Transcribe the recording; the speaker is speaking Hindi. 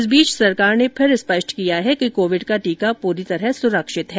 इस बीच सरकार ने फिर स्पष्ट किया है कि कोविड का टीका पूरी तरह सुरक्षित है